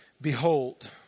behold